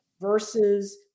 versus